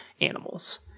animals